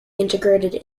integrated